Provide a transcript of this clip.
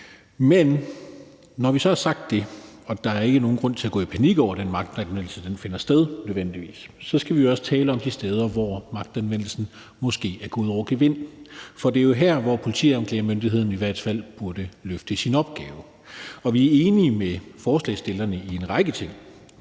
Men når det så er sagt, altså at der ikke nødvendigvis er nogen grund til at gå i panik over, at den magtanvendelse finder sted, skal vi jo også tale om de steder, hvor magtanvendelsen måske er gået over gevind. For det er jo her, hvor Politiklagemyndigheden i hvert fald burde løfte sin opgave. Vi er enige med forslagsstillerne i en række ting,